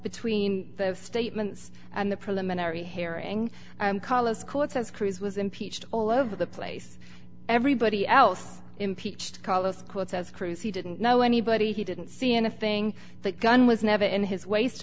between the statements and the preliminary hearing carlos court says cruz was impeached all over the place everybody else impeached carlos quote says cruz he didn't know anybody he didn't see anything that gun was never in his waist